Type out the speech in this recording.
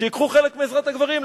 שייקחו חלק מעזרת הגברים,